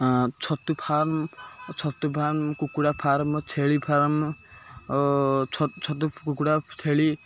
ଛତୁ ଫାର୍ମ ଛତୁ ଫାର୍ମ କୁକୁଡ଼ା ଫାର୍ମ ଛେଳି ଫାର୍ମ ଓ ଛତୁ କୁକୁଡ଼ା ଛେଳି